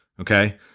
Okay